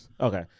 Okay